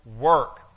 work